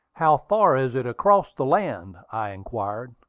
how far is it across the land? i inquired.